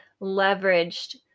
leveraged